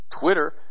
Twitter